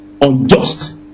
unjust